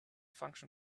function